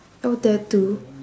no tattoo